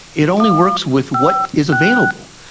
it only works with what is available.